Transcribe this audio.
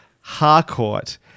Harcourt